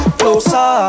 closer